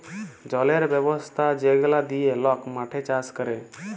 জলের ব্যবস্থা যেগলা দিঁয়ে লক মাঠে চাষ ক্যরে